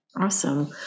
Awesome